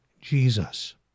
Jesus